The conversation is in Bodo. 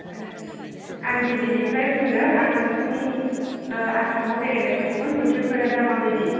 एह आं दिल्लीनिफ्राय बुंदों आं नोंसिनि आसामाव बेरायनो थांगौमोन बोथोरफोरा दा मा बायदि